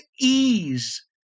ease